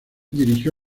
dirigió